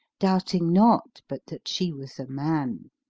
doubting not but that she was a man.